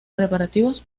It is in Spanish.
preparativos